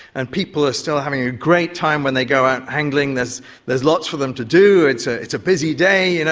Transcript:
and people are still having a great time when they go out angling, there's there's lots for them to do, it's ah it's a busy day, you know